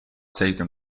taken